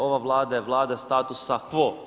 Ova Vlada je Vlada statusa quo.